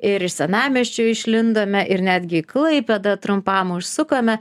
ir iš senamiesčio išlindome ir netgi klaipėdą trumpam užsukome